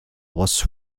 was